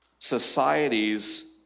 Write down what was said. societies